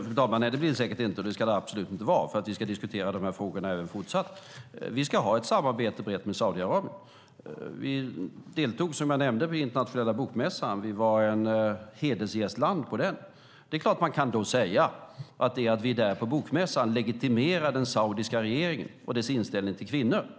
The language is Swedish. Fru talman! Det blir det säkert inte, och det ska det absolut inte bli, för vi ska diskutera de här frågorna även fortsatt. Vi ska ha ett brett samarbete med Saudiarabien. Som jag nämnde deltog vi i internationella bokmässan. Vi var ett hedersgästland på den. Det är klart att man då kan säga att detta att vi är där på bokmässan legitimerar den saudiska regeringen och dess inställning till kvinnor.